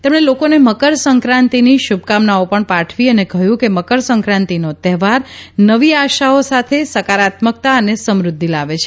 તેમણે લોકોને મકરસંકાતિની શુભકામનાઓ પણ પાઠવી અને કહ્યુ કે મકરસંક્રાંતિનો તહેવાર નવી આશાઓ સાથે સકારાત્મકતા અને સમૃદ્ધિ લાવે છે